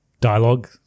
dialogue